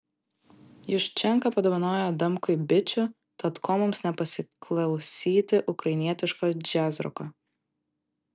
juščenka padovanojo adamkui bičių tad ko mums nepasiklausyti ukrainietiško džiazroko